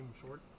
short